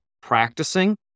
practicing